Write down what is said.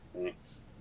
Thanks